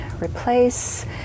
replace